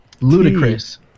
Ludicrous